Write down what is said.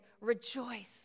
rejoice